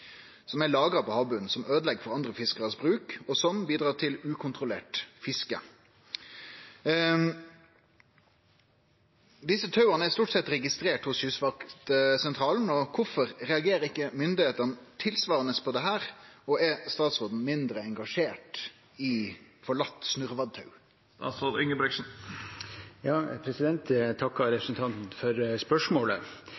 på havbunnen som ødelegger for andre fiskeres bruk og sokning, og slik bidrar til ukontrollert fiske. Tauene er stort sett registrert hos kystvaktsentralen. Hvorfor reagerer ikke myndighetene på dette, og er statsråden mindre engasjert i forlatt snurrevadtau?» Jeg takker representanten for spørsmålet. Ja, jeg